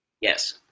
Yes